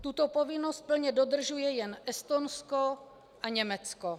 Tuto povinnost plně dodržuje jen Estonsko a Německo.